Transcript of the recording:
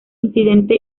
incidente